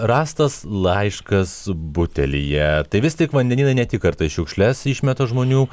rastas laiškas butelyje tai vis tik vandenynai ne tik kartais šiukšles išmeta žmonių